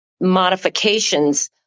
modifications